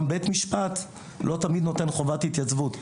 גם בית משפט לא תמיד נותן חובת התייצבות.